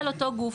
על אותו גוף.